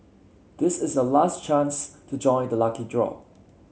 this is your last chance to join the lucky draw